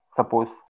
suppose